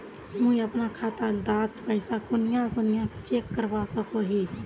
मुई अपना खाता डात पैसा कुनियाँ कुनियाँ चेक करवा सकोहो ही?